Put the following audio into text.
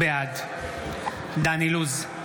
בעד דן אילוז,